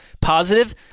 positive